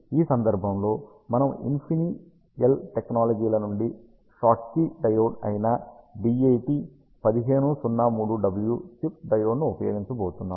కాబట్టి ఈ సందర్భంలో మనము ఇన్ఫినియన్ టెక్నాలజీల నుండి షాట్కీ డయోడ్ అయిన BAT 15 03W చిప్ డయోడ్ను ఉపయోగించబోతున్నాము